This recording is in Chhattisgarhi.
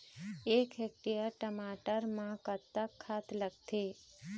एक हेक्टेयर टमाटर म कतक खाद लागथे?